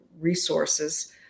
resources